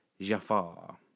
Jafar